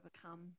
overcome